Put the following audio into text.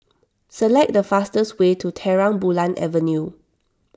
select the fastest way to Terang Bulan Avenue